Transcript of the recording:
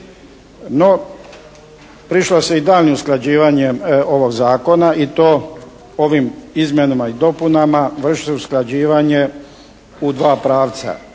No, prišlo se i daljnjem usklađivanju ovog zakona i to ovim izmjenama i dopunama. Vrši se usklađivanje u dva pravca.